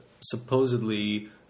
supposedly